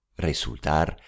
Resultar